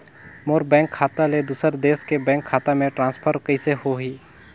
मोर bank खाता ले दुसर देश के बैंक खाता मे ट्रांसफर कइसे होही?